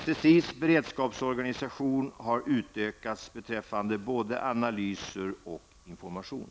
SSIs beredskapsorganisation har utökats beträffande både analyser och information.